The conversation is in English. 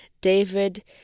David